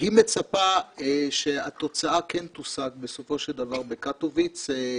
היא מצפה שהתוצאה כן תושג בסופו של דבר בקטוביץ,